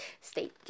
stay